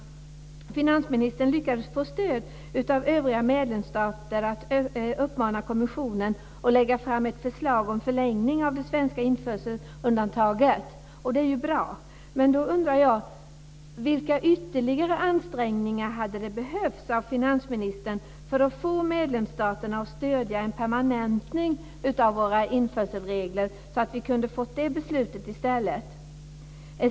Finansministern lyckades få stöd av övriga medlemsstater att uppmana kommissionen att lägga fram ett förslag om förlängning av det svenska införselundantaget. Det är ju bra. Då undrar jag: Vilka ytterligare ansträngningar hade behövts av finansministern för att få medlemsstaterna att stödja en permanentning av våra införselregler, så att vi kunde ha fått det beslutet i stället?